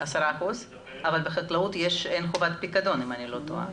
אבל בחקלאות אין חובת פיקדון אם אני לא טועה.